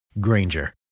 Granger